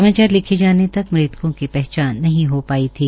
समाचार लिखे जाने तक मृतकों की पहचान नहीं होने पाई थी